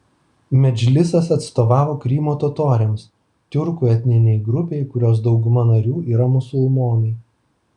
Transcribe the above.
medžlisas atstovavo krymo totoriams tiurkų etninei grupei kurios dauguma narių yra musulmonai